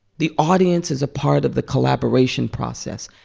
the audience is a part of the collaboration process.